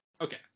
Okay